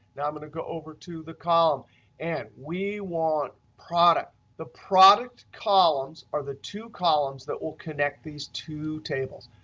now i'm going to go over to the column and we want product. the product columns are the two columns that will connect these two tables.